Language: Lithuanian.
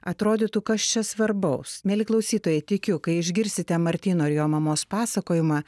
atrodytų kas čia svarbaus mieli klausytojai tikiu kai išgirsite martyno ir jo mamos pasakojimą